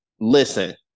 Listen